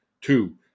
Two